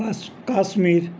Kashmir